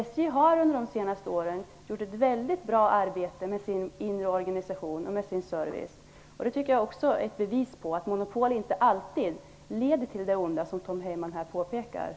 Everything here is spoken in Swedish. SJ har under de senaste åren gjort ett mycket bra arbete med sin inre organisation och sin service. Det tycker jag också är ett bevis på att monopol inte alltid leder till det onda som Tom Heyman här framhåller.